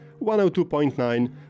102.9